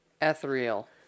ethereal